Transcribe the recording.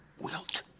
wilt